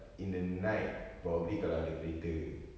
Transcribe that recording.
in the night probably kalau ada kereta